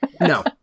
No